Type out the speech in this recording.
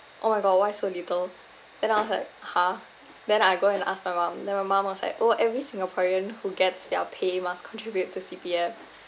oh my god why so little then I was like !huh! then I go and ask my mum then my mum was like oh every singaporean who gets their pay must contribute to C_P_F